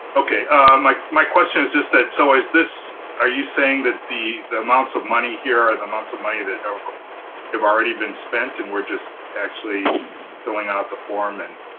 okay like my question is just that. so is this, are you saying that the the amounts of money here are the amounts of money that but have already been spent? and we're just actually filling out the form and